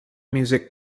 music